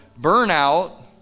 burnout